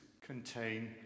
contain